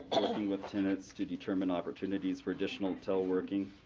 working with tenants to determine opportunities for additional teleworking,